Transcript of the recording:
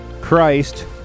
Christ